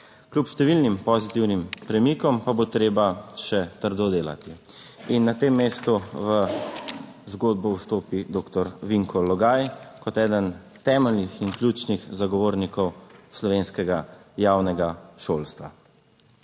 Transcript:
Kljub številnim pozitivnim premikom pa bo treba še trdo delati in na tem mestu v zgodbo vstopi doktor Vinko Logaj kot eden temeljnih in ključnih zagovornikov slovenskega javnega šolstva.